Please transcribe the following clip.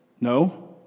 No